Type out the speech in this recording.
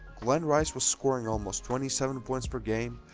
glen rice was scoring almost twenty seven points per game.